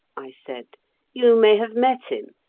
i said you may have met him,